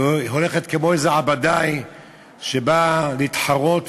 היא הולכת כמו איזה עבדאי שבא להתחרות,